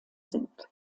sind